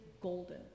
golden